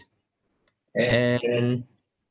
and